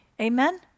Amen